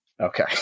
Okay